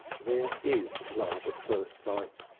there is love at first sight,